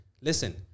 Listen